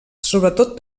sobretot